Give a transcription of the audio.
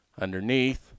Underneath